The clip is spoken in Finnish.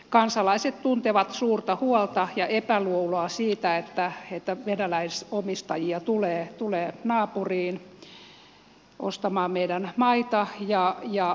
kansalaiset tuntevat epäluuloa ja suurta huolta siitä että venäläisomistajia tulee naapuriin ostamaan meidän maitamme